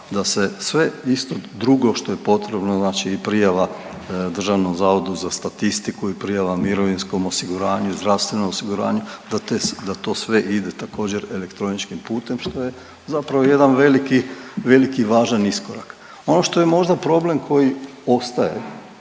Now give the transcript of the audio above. da se sve isto drugo što je potrebno, znači i prijava Državnom zavodu za statistiku i prijava mirovinskom osiguranju i zdravstvenom osiguranju da to sve ide također elektroničkim putem što je zapravo jedan veliki, veliki i važan iskoraka. Ono što je možda problem koji ostaje